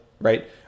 right